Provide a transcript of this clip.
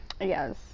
Yes